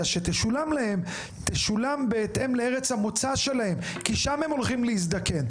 שתשולם להם תשולם בהתאם לארץ המוצא שלהם כי שם הם הולכים להזדקן,